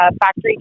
Factory